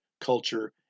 culture